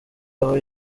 aho